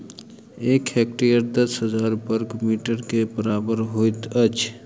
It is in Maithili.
एक हेक्टेयर दस हजार बर्ग मीटर के बराबर होइत अछि